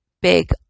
big